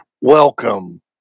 welcome